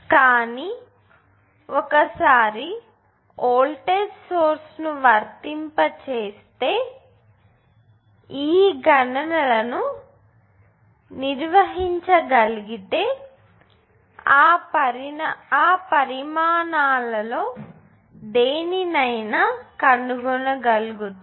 కానీ ఒకసారి voltage source ను వర్తింప చేస్తే ఈ గణనలను నిర్వహించగలిగితే ఆ పరిమాణాలలో దేనినైనా కనుగొనగల్గుతాం